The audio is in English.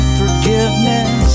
forgiveness